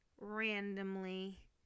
randomly